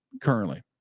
currently